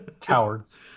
cowards